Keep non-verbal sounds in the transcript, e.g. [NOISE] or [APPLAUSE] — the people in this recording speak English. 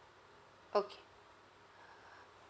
okay [BREATH]